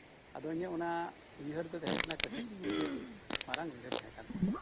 ᱟᱫᱚ ᱤᱧᱟᱹᱜ ᱚᱱᱟ ᱩᱭᱦᱟᱹᱨ ᱫᱚ ᱛᱟᱸᱦᱮ ᱠᱟᱱᱟ ᱠᱟᱹᱴᱤᱡ ᱨᱮ ᱢᱤᱫᱴᱮᱱ ᱢᱟᱨᱟᱝ ᱩᱭᱦᱟᱹᱨ ᱛᱟᱸᱦᱮ ᱠᱟᱱ ᱛᱤᱧᱟᱹ